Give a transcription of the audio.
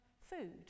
food